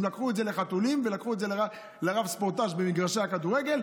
הם לקחו את זה לחתולים ולקחו את זה לרב ספורטאז' במגרשי הכדורגל,